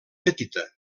petita